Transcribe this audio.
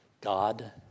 God